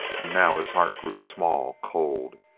and now his heart grew small, cold.